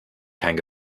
keinen